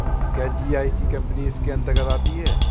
क्या GIC company इसके अन्तर्गत आती है?